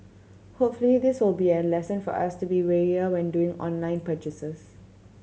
hopefully this will be a lesson for us to be warier when doing online purchases